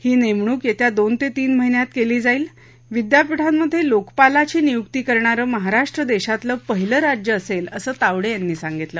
ही नप्रणिक यस्ता दोन तत्तीन महिन्यात क्वी जाईल विद्यापीठांमध्यव्विकपालाची नियुक्ती करणारं महाराष्ट्र दक्षितलं पहिलं राज्य असक्ती असं तावड्यिनी सांगितलं